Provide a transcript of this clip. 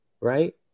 right